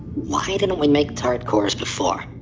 why didn't we make turret-cores before!